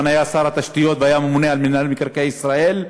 היה שר התשתיות והיה ממונה על מינהל מקרקעי ישראל,